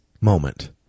moment